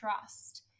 trust